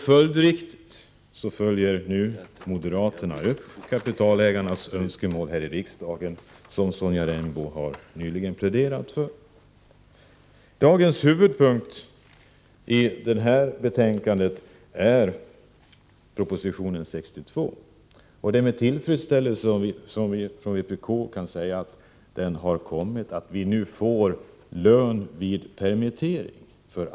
Följdriktigt följer nu moderaterna här i riksdagen upp kapitalägarnas önskemål, som Sonja Rembo nyligen pläderade för. Huvudpunkten i betänkandet i dag är proposition 62, och det är med tillfredsställelse som vi från vpk kan säga att alla på arbetsmarknaden nu får lön vid permittering.